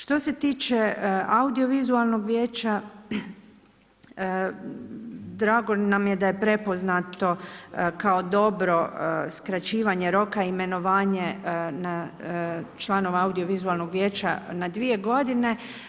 Što se tiče audiovizualnog vijeća, drago nam je da je prepoznato kao dobro skraćivanje roka imenovanje članova audiovizualnog vijeća na 2 godine.